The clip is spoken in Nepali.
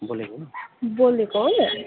बोलेको हो